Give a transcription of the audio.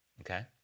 Okay